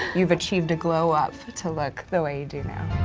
you've achieved a glow-up to look the way you do now.